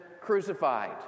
crucified